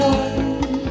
one